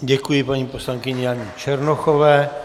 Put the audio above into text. Děkuji paní poslankyni Janě Černochové.